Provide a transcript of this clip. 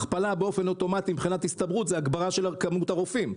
הכפלה באופן אוטומטי מבחינת הסתברות זה הגברה של כמות הרופאים,